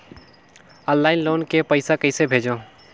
Online loan के पईसा कइसे भेजों?